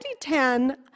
2010